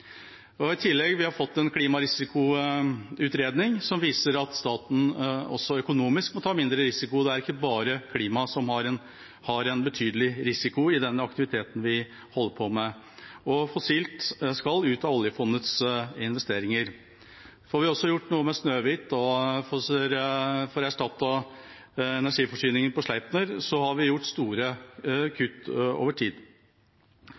og Gina Krog. I tillegg har vi fått en klimarisikoutredning som viser at staten også økonomisk må ta mindre risiko. Det er ikke bare klimaet som er utsatt for en betydelig risiko i den aktiviteten vi holder på med. Fossil energi skal ut av oljefondets investeringer. Får vi også gjort noe med Snøhvit-feltet og får erstattet energiforsyningen til Sleipner, har vi gjort store kutt over tid.